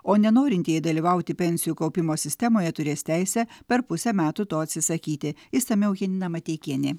o nenorintieji dalyvauti pensijų kaupimo sistemoje turės teisę per pusę metų to atsisakyti išsamiau janina mateikienė